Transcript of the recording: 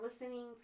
listening